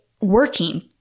working